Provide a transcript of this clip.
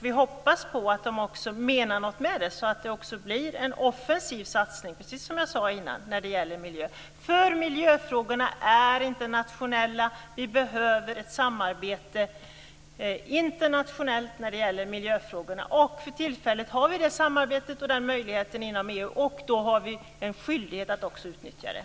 Vi hoppas att de också menar något med det så att det blir en mer offensiv satsning, precis som jag sade innan när det gäller miljön. Miljöfrågorna är internationella. Vi behöver ett samarbete internationellt i miljöfrågorna. För tillfället har vi det samarbetet och den möjligheten inom EU, och då har vi en skyldighet att också utnyttja det.